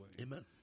Amen